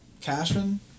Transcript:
Cashman